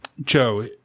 Joe